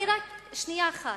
שנייה אחת.